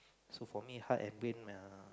so for me heart and brain uh